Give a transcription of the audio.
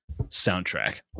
soundtrack